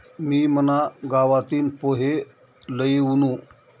मी मना गावतीन पोहे लई वुनू